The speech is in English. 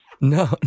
no